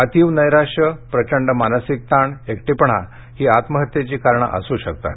अतीव नैराश्य प्रचंड मानसिक ताण एकटेपणा ही आत्महत्येची कारण असू शकतात